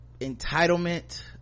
entitlement